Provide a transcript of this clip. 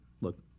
Look